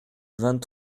vingt